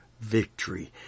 victory